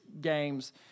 Games